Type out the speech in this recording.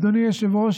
אדוני היושב-ראש,